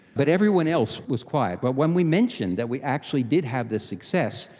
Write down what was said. but everyone else was quiet. but when we mentioned that we actually did have this success,